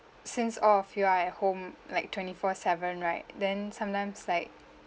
since all of you are at home like twenty-four seven right then sometimes like